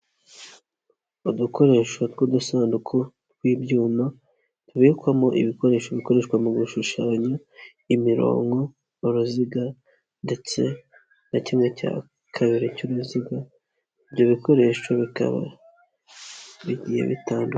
Udukoresho tw'udusanduku tw'ibyuma bibikwamo ibikoresho bikoreshwa mu gushushanya imirongo, uruziga ndetse na kimwe cya kabiri cy'uruziga, ibyo bikoresho bikaba bigiye bitandukanye.